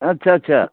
अच्छा अच्छा